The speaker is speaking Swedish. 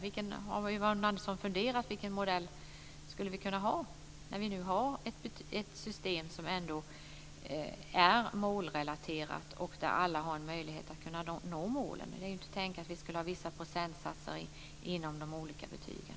Har Yvonne Andersson funderat över vilken modell som vi skulle kunna ha i stället, när vi nu har ett system som är målrelaterat och där alla har en möjlighet att nå målen? Det är ju inte tänkt att vi skulle ha vissa procentsatser inom de olika betygen.